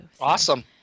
Awesome